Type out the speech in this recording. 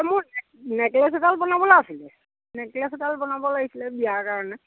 অ মোৰ নেকলেচ এডাল বনাবলৈ আছিলে নেকলেচ এডাল বনাব লাগিছিলে বিয়াৰ কাৰণে